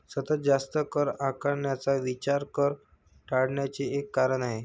सतत जास्त कर आकारण्याचा विचार कर टाळण्याचे एक कारण आहे